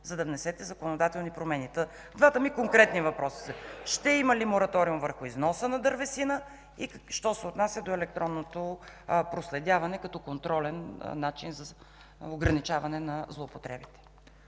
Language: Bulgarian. за да внесете законодателни промени. Двата ми конкретни въпроса са следните. Ще има ли мораториум върху износа на дървесина? Ще има ли електронно проследяване, като контролен начин за ограничаване на злоупотребите?